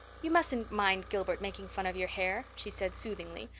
you mustn't mind gilbert making fun of your hair, she said soothingly.